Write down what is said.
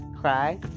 cry